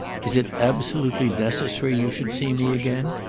is it absolutely necessary you should see me again?